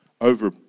over